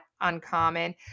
uncommon